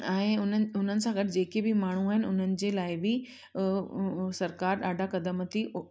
ऐं उन्हनि उन्हनि सां गॾु जेकी बि माण्हू आहिनि उन्हनि जे लाइ बि सरकार ॾाढा क़दम थी